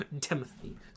Timothy